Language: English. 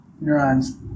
neurons